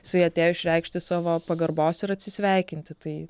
jisai atėjo išreikšti savo pagarbos ir atsisveikinti tai